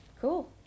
Cool